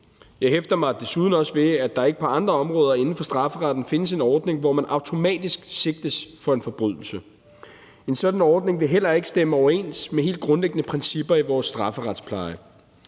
Jeg hæfter mig desuden ved, at der ikke på andre områder inden for strafferetten findes en ordning, hvor man automatisk sigtes for en forbrydelse. En sådan ordning vil heller ikke stemme overens med helt grundlæggende principper i vores strafferetspleje.